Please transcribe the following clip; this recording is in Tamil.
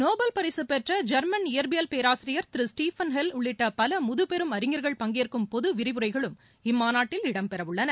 நோபல் பரிசுப்பெற்ற ஜெர்மன் இயற்பியல் பேராசிரியர் திரு ஸ்உஃபன் ஹெல் உள்ளிட்ட பல முதுபெரும் அறிஞர்கள் பங்கேற்கும் பொது விரிவுரைகளும் இம்மாநாட்டில் இடம்பெறவுள்ளன